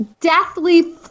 deathly